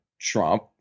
Trump